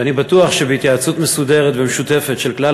ואני בטוח שבהתייעצות מסודרת ומשותפת של כלל